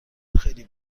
خیلی